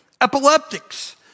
epileptics